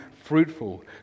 fruitful